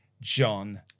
John